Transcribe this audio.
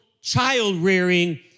child-rearing